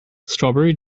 strawberry